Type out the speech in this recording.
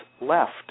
left